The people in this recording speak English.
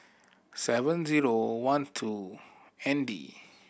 seven zero one two N D